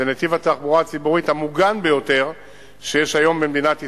זה נתיב התחבורה הציבורית המוגן ביותר שיש היום במדינת ישראל,